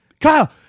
Kyle